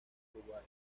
uruguay